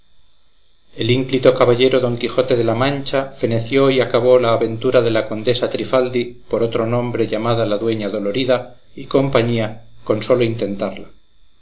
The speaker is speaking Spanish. el ínclito caballero don quijote de la mancha feneció y acabó la aventura de la condesa trifaldi por otro nombre llamada la dueña dolorida y compañía con sólo intentarla